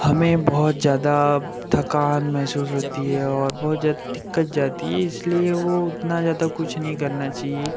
हमें बहुत ज़्यादा थकान महसूस होती है और बहुत ज़्यादा दिक्कत जाती है इसलिए वह उतना ज़्यादा कुछ नहीं करना चाहिए